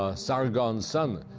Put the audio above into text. ah sargon's son,